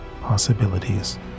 possibilities